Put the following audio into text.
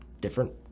different